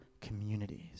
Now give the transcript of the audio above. communities